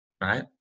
right